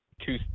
two